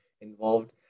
involved